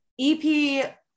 EP